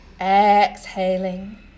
exhaling